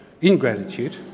ingratitude